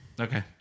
Okay